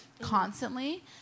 constantly